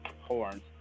horns